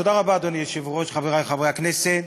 תודה רבה, אדוני היושב-ראש, חברי חברי הכנסת,